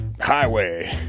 Highway